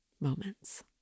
moments